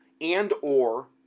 and/or